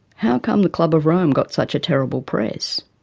how come the club of rome got such a terrible press?